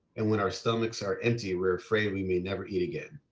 and when our stomachs are empty, we're afraid we may never eat again.